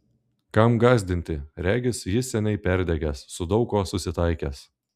kam gąsdinti regis jis seniai perdegęs su daug kuo susitaikęs